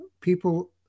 people